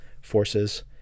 forces